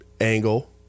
angle